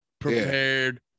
prepared